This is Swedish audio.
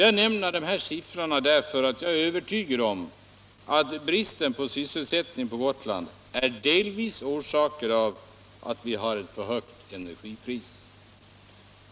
Jag nämner den här siffran, därför att jag är övertygad om att bristen på sysselsättning på Gotland delvis orsakas av att energipriset är så högt.